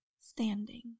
standing